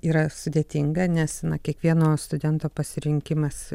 yra sudėtinga nes na kiekvieno studento pasirinkimas